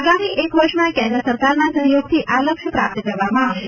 આગામી એક વર્ષમાં કેન્દ્ર સરકારના સહયોગથી આ લક્ષ્ય પ્રાપ્ત કરવામાં આવશે